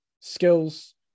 skills